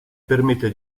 permette